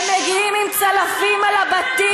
ומגיעים עם צלפים על הבתים,